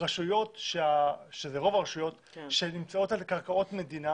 רשויות ואלה רוב הרשויות שנמצאות על קרקעות מדינה